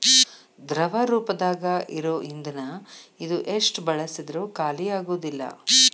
ದ್ರವ ರೂಪದಾಗ ಇರು ಇಂದನ ಇದು ಎಷ್ಟ ಬಳಸಿದ್ರು ಖಾಲಿಆಗುದಿಲ್ಲಾ